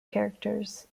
characters